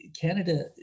Canada